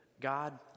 God